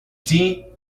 tea